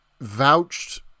vouched